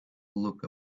look